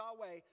Yahweh